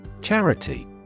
charity